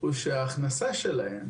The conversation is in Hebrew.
הוא שההכנסה שלהם